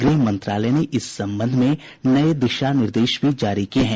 गृह मंत्रालय ने इस संबंध में नये दिशा निर्देश भी जारी किये हैं